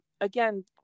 again